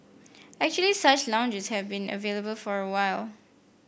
actually such lounges have been available for a while